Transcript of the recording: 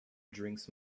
drinks